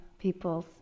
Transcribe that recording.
people's